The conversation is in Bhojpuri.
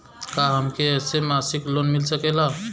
का हमके ऐसे मासिक लोन मिल सकेला?